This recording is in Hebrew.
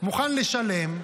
מוכן לשלם.